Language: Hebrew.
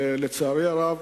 לצערי הרב,